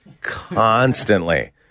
constantly